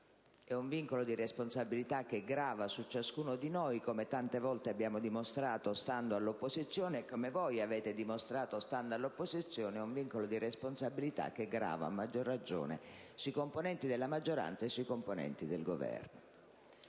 È un vincolo di responsabilità che grava su ciascuno di noi, come tante volte noi abbiamo dimostrato, stando all'opposizione, e come anche voi avete dimostrato stando all'opposizione; è un vincolo di responsabilità che grava, a maggiore ragione, sui componenti della maggioranza e del Governo.